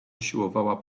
usiłowała